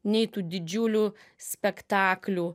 nei tų didžiulių spektaklių